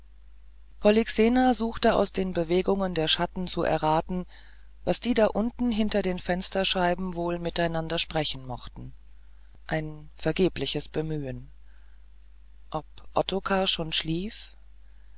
polyxena suchte aus den bewegungen der schatten zu erraten was die da unten hinter den fensterscheiben wohl miteinander sprechen mochten ein vergebliches bemühen ob ottokar schon schlief